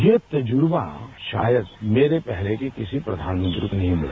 ये तजुर्बा शायद मेरे पहले के किसी प्रधानमंत्री को नहीं मिला